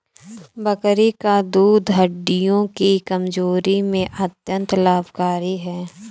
बकरी का दूध हड्डियों की कमजोरी में अत्यंत लाभकारी है